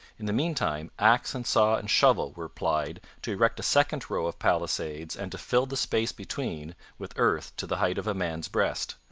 in the meantime axe and saw and shovel were plied to erect a second row of palisades and to fill the space between with earth to the height of a man's breast.